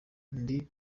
ndi